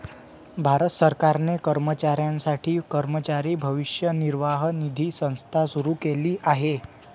भारत सरकारने कर्मचाऱ्यांसाठी कर्मचारी भविष्य निर्वाह निधी संस्था सुरू केली आहे